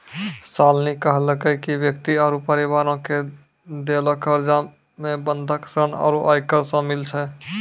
शालिनी कहलकै कि व्यक्ति आरु परिवारो के देलो कर्जा मे बंधक ऋण आरु आयकर शामिल छै